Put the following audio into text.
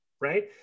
right